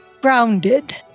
grounded